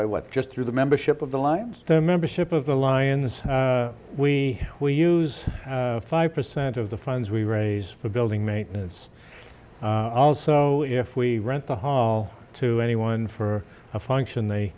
by what just through the membership of the lines the membership of the lions we will use five percent of the friends we raise for building maintenance also if we rent the hall to anyone for a function they